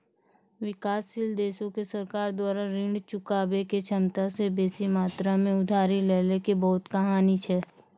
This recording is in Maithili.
विकासशील देशो के सरकार द्वारा ऋण चुकाबै के क्षमता से बेसी मात्रा मे उधारी लै के बहुते कहानी छै